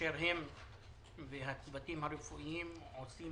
כאשר הם והצוותים הרפואיים עושים